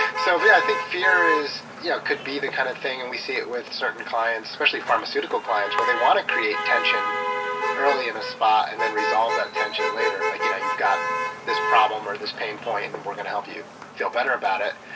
so, yeah, i think fear yeah could be the kind of thing, and we see it with certain clients, especially, pharmaceutical clients, where they want to create tension early in a spot, and then resolve that tension later. like, you know you've got this probably, or this pain point, and we're gonna help you feel better about it.